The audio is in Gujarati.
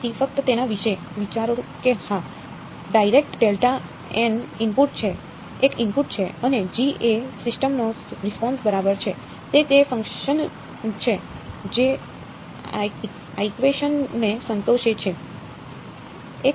તેથી ફક્ત તેના વિશે વિચારો કે હા ડાઇરેક્ટ ડેલ્ટા એક ઇનપુટ છે અને g એ સિસ્ટમ નો રિસ્પોન્સ બરાબર છે તે તે ફંકશન છે જે આઇકવેશન ને સંતોષે છે